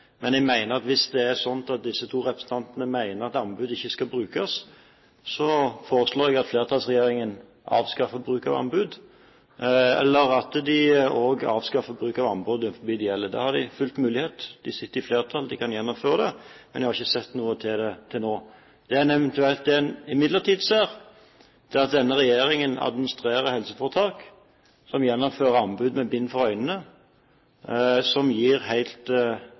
Men hvis det er sånn at disse to representantene mener at anbud ikke skal brukes, foreslår jeg at flertallsregjeringen avskaffer bruk av anbud, eller at de avskaffer bruk av anbud overfor dem det gjelder. Det har de full mulighet til. De sitter i flertall. De kan gjennomføre det, men jeg har ikke sett noe til det til nå. Det en imidlertid ser, er at denne regjeringen administrerer helseforetak som gjennomfører anbud med bind for øynene, noe som gir helt